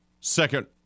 second